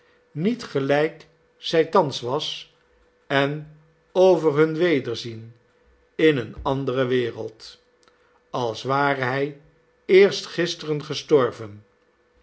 niet gelijk zij thans was en over hun wederzien in eene andere wereld als ware hij eerst gisteren gestorven